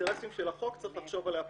האינטרסים של החוק צריך לחשוב עליה פעמיים.